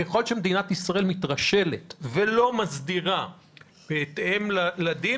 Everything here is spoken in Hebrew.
ככל שמדינת ישראל מתרשלת ולא מסדירה בהתאם לדין